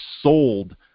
sold